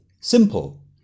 simple